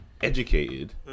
educated